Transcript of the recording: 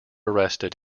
arrested